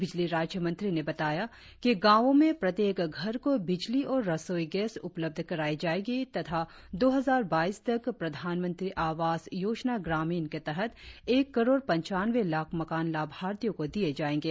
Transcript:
बिजली राज्य मंत्री ने बताया कि गांवों में प्रत्येक घर को बिजली और रसोई गैस उपलब्ध कराई जाएगी तथा दो हजार बाईस तक प्रधानमंत्री आवास योजना ग्रामीण के तहत एक करोड़ पंचानवे लाख मकान लाभार्थियों को दिए जाएगे